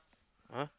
!huh!